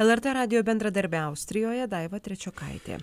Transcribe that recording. lrt radijo bendradarbė austrijoje daiva trečiokaitė